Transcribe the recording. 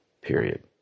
period